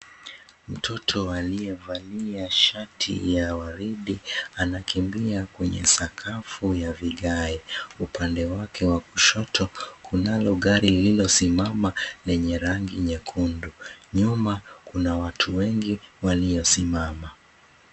Mtoto aliyevia shati ya waridi anakimbia kwenye sakafu ya vigae. Upande wake wa kushoto kunalo gari lililo simama, lenye rangi nyekundu. Nyuma kuna watu wengi waliosimama.